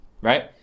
right